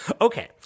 Okay